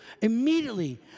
immediately